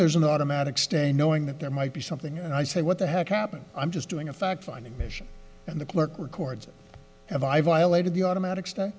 there's an automatic stay knowing that there might be something and i say what the heck happened i'm just doing a fact finding mission and the clerk records and i violated the automatic